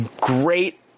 great